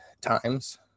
times